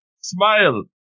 Smile